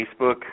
Facebook